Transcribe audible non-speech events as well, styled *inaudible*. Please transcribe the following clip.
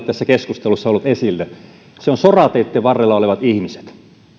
*unintelligible* tässä keskustelussa ollut esillä se on sorateitten varrella olevat ihmiset